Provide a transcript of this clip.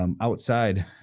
outside